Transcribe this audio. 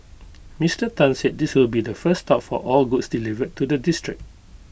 Mister Tan said this will be the first stop for all goods delivered to the district